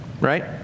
Right